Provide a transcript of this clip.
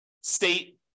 state